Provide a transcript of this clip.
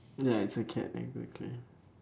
ya it's a cat exactly